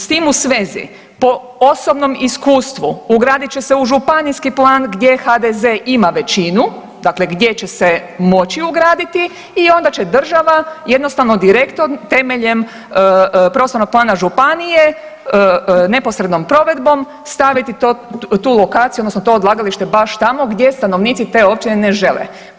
S tim u svezi po osobnom iskustvu ugradit će se u županijski plan gdje HDZ ima većinu, dakle gdje će se moći ugraditi i onda će država jednostavno direktno temeljem prostornog plana županije neposrednom provedbom staviti tu lokaciju, odnosno to odlagalište baš tamo gdje stanovnici te općine ne žele.